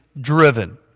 driven